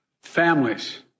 Families